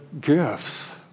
gifts